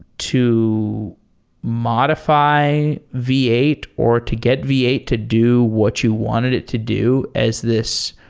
to modify v eight or to get v eight to do what you wanted it to do as this